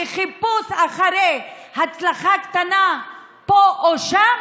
בחיפוש אחרי הצלחה קטנה פה ושם,